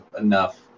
enough